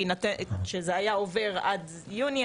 בהינתן שזה היה עובר עד יוני,